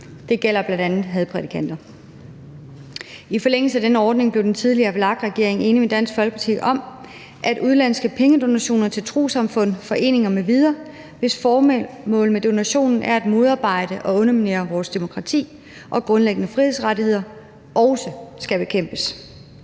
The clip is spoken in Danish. Det gælder bl.a. hadprædikanter. I forlængelse af den ordning blev den tidligere VLAK-regering enig med Dansk Folkeparti om, at udenlandske pengedonationer til trossamfund, foreninger m.v., hvis formålet med donationen er at modarbejde og underminere vores demokrati og grundlæggende frihedsrettigheder, også skal bekæmpes